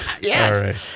Yes